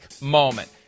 moment